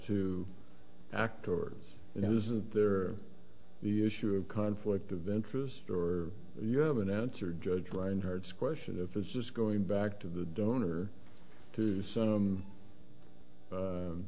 to actors and isn't there the issue of conflict of interest or you have an answer judge reinhart's question if it's just going back to the donor to some